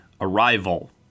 Arrival